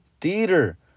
Theater